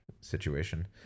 situation